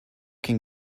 can